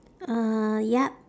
uh yup